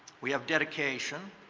we have dedication,